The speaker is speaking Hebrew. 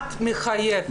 המעמד מחייב.